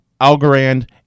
Algorand